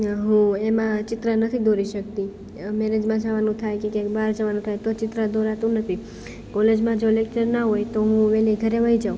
હું એમાં ચિત્ર નથી દોરી શકતી મેરેજમાં જવાનું થાય કે ક્યાંય બહાર જવાનું થાય તો ચિત્ર દોરાતું નથી કોલેજમાં જો લેકચર ના હોય તો હું વહેલી ઘરે વઈ જાઉં